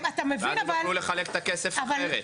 ואז הם יוכלו לחלק את הכסף אחרת.